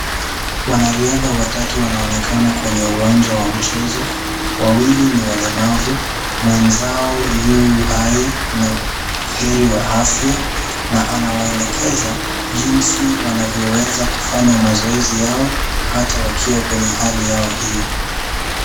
Wanariadha watatu wanaonekana kwenye uwanja wa mchezo, wawili ni walemavu, mwenzao yu hai na buheri wa afya na anawaelekeza jinsi wanavyoweza kufanya mazoezi yao hata wakiwa kwenye hali yao hiyo.